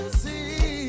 see